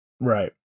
Right